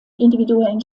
individuellen